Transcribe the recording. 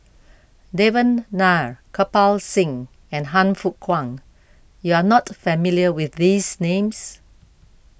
Devan Nair Kirpal Singh and Han Fook Kwang you are not familiar with these names